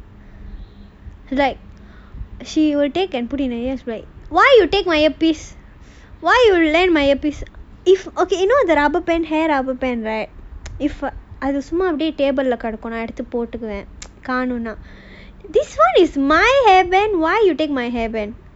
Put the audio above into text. like she will take and put in her ears right why you take my earpiece why you will lend my earpiece if okay you know the rubber band hair rubber band right if அது சும்மா அப்டியே:adhu summa apdiyae it's my hairband why you take my hairband